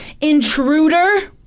intruder